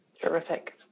Terrific